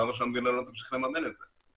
למה שהמדינה לא תמשיך לממן את זה?